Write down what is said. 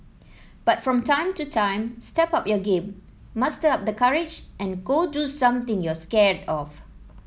but from time to time step up your game muster up the courage and go do something you're scared of